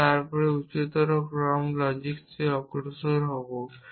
এবং তারপরে আমরা উচ্চতর ক্রম লজিক্সে অগ্রসর হব